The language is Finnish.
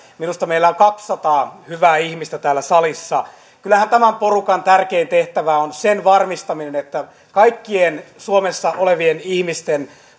minusta meillä on kaksisataa hyvää ihmistä täällä salissa kyllähän tämän porukan tärkein tehtävä on sen varmistaminen että kaikkien suomessa olevien ihmisten